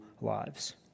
lives